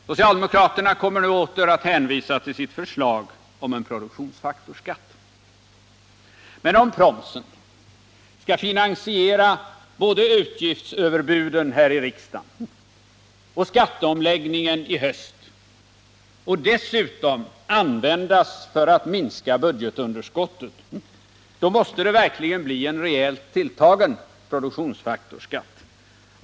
Socialdemokraterna kommer nu åter att hänvisa till sitt förslag om en produktionsfaktorsskatt, men om promsen skall finansiera både utgiftsöverbuden här i riksdagen och skatteomläggningen i höst och dessutom användas för att minska budgetunderskottet, så måste det verkligen bli en rejält tilltagen produktionsfaktorsskatt.